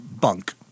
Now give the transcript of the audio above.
bunk